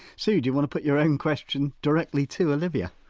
sue, do you want to put your own question directly to olivia?